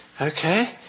Okay